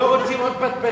לא רוצים עוד פטפטת,